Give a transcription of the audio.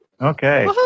Okay